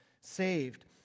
saved